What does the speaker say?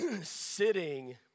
sitting